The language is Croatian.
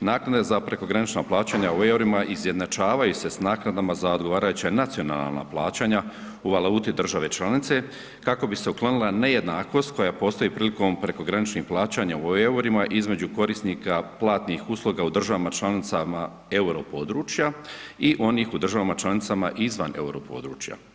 naknade za prekogranična plaćanja u EUR-ima izjednačavaju se s naknadama za odgovarajuća nacionalna plaćanja u valuti države članice kako bi se uklonila nejednakost koja postoji prilikom prekograničnih plaćanja u EUR-ima između korisnika platnih usluga u državama članicama euro područja i onih u državama članicama izvan euro područja.